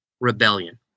Rebellion